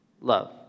love